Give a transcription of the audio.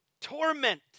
torment